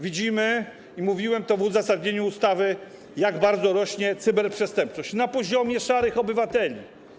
Widzimy - jest o tym mowa w uzasadnianiu ustawy - jak bardzo rośnie cyberprzestępczość na poziomie szarych obywateli.